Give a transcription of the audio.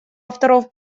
авторов